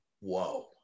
Whoa